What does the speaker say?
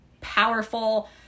powerful